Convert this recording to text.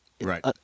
Right